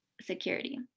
Security